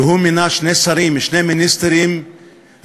והוא מינה שני שרים, שני מיניסטרים רמי-דרג,